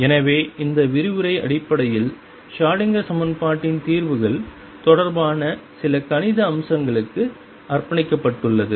எனவே இந்த விரிவுரை அடிப்படையில் ஷ்ரோடிங்கர் Schrödinger சமன்பாட்டின் தீர்வுகள் தொடர்பான சில கணித அம்சங்களுக்கு அர்ப்பணிக்கப்பட்டுள்ளது